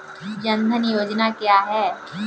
जनधन योजना क्या है?